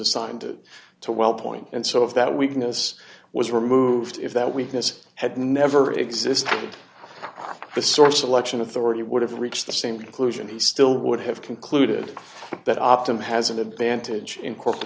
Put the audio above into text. assigned it to well point and so if that weakness was removed if that weakness had never existed the source election authority would have reached the same conclusion he still would have concluded that optimum has an advantage in corporate